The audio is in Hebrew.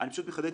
אני פשוט מחדד.